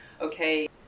okay